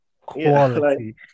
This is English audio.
quality